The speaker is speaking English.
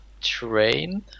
train